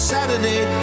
Saturday